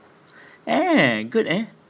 eh good eh